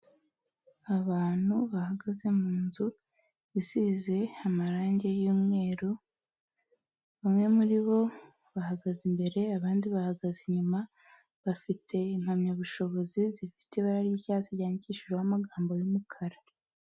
Abantu bahagaze munzu isize amarangi y'umweru, bamwe muri bo bahagaze imbere abandi bahagaze inyuma, bafite impamyabushobozi zifite ibara ry'icyatsi ryandikishijweho amagambo y'umukara.